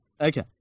Okay